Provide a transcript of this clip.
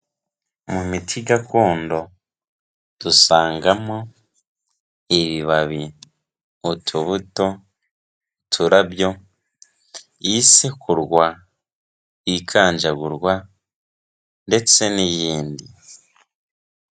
Mu miti gakondo dusangamo ibibabi, utubuto, uturabyo, isekurwa, ikanjagurwa ndetse n'iyindi.